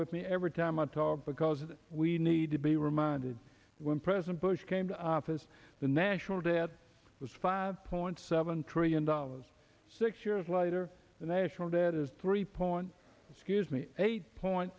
with me every time i talk because we need to be reminded when president bush came to office the national debt was five point seven trillion dollars six years later the national debt is three point scuse me eight point